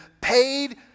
paid